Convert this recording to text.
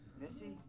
Missy